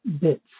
bits